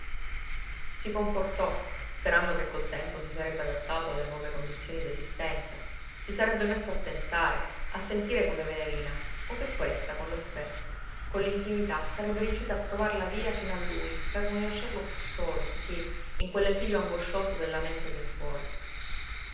si confortò sperando che col tempo si sarebbe adattato alle nuove condizioni d'esistenza si sarebbe messo a pensare a sentire come venerina o che questa con l'affetto con l'intimità sarebbe riuscita a trovar la via fino a lui per non lasciarlo piú solo cosí in quell'esilio angoscioso della mente e del cuore